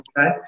Okay